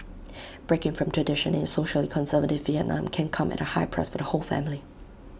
breaking from tradition in socially conservative Vietnam can come at A high price for the whole family